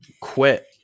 quit